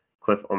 Cliff